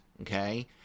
okay